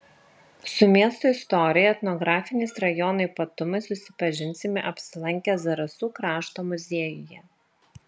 su miesto istorija etnografiniais rajono ypatumais susipažinsime apsilankę zarasų krašto muziejuje